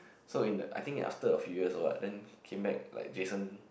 so in I think after a few years or what then came back like Jason